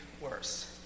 worse